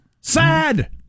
Sad